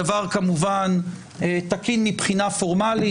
הדבר כמובן תקין מבחינה פורמלית,